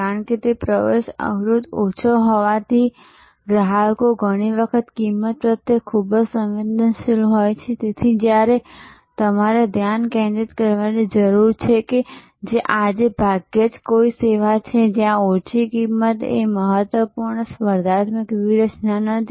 કારણ કે પ્રવેશ અવરોધ ઓછો હોવાથી ગ્રાહકો ઘણી વખત કિંમત પ્રત્યે ખૂબ સંવેદનશીલ હોય છે તેથી તમારે ધ્યાન કેન્દ્રિત કરવાની જરૂર છે જે આજે ભાગ્યે જ કોઈ સેવા છે જ્યાં ઓછી કિંમત એ મહત્વપૂર્ણ સ્પર્ધાત્મક વ્યૂહરચના નથી